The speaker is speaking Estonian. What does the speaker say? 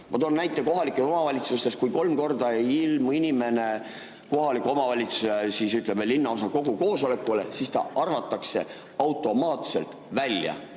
Ma toon näite kohalikest omavalitsustest: kui kolm korda ei ilmu inimene kohaliku omavalitsuse linnaosakogu koosolekule, siis ta arvatakse automaatselt välja.